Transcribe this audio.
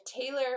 taylor